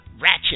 ratchet